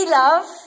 love